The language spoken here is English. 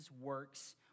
works